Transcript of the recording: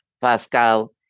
Pascal